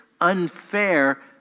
unfair